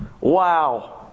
Wow